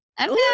okay